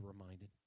reminded